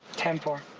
ten four.